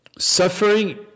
suffering